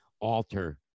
alter